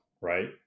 Right